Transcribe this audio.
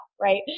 Right